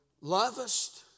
lovest